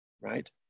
right